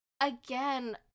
again